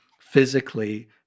physically